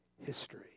history